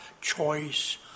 choice